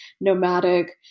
nomadic